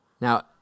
Now